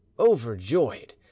overjoyed